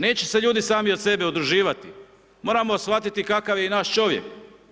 Neće se ljudi sami od sebe udruživati, moramo shvatiti kakav je i naš čovjek.